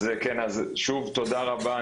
אז שוב תודה רבה,